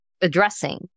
addressing